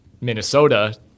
Minnesota